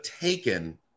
taken